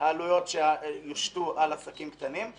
שהעלויות יושתו על עסקים קטנים.